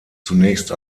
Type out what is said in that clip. zunächst